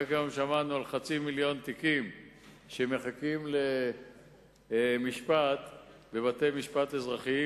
רק היום שמענו על חצי מיליון תיקים שמחכים למשפט בבתי-משפט אזרחיים,